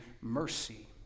mercy